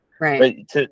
Right